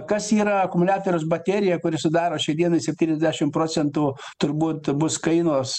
kas yra akumuliatoriaus baterija kuri sudaro šiai dienai septyniasdešimt procentų turbūt bus kainos